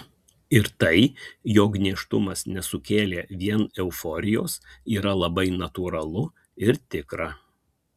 ir tai jog nėštumas nesukėlė vien euforijos yra labai natūralu ir tikra